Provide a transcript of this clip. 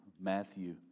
Matthew